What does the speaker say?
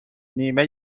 نیمه